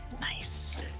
Nice